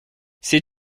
sais